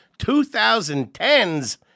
2010's